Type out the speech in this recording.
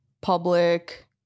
public